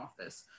office